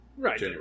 Right